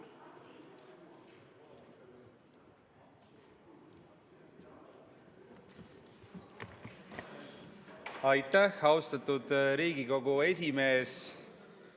Aitäh, austatud Riigikogu esimees!